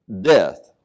death